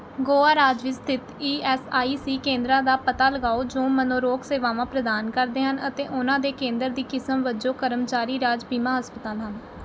ਗੋਆ ਰਾਜ ਵਿੱਚ ਸਥਿਤ ਈ ਐੱਸ ਆਈ ਸੀ ਕੇਂਦਰਾਂ ਦਾ ਪਤਾ ਲਗਾਓ ਜੋ ਮਨੋਰੋਗ ਸੇਵਾਵਾਂ ਪ੍ਰਦਾਨ ਕਰਦੇ ਹਨ ਅਤੇ ਉਹਨਾਂ ਦੇ ਕੇਂਦਰ ਦੀ ਕਿਸਮ ਵਜੋਂ ਕਰਮਚਾਰੀ ਰਾਜ ਬੀਮਾ ਹਸਪਤਾਲ ਹਨ